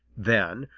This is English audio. then,